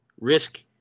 risk